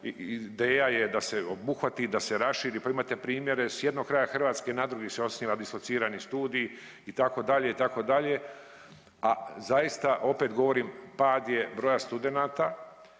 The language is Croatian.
Ideja je da se obuhvati, da se raširi pa imate primjere s jednog kraja Hrvatske na drugi se osniva dislocirani studij itd., itd., a zaista opet govorim pad je broja studenata.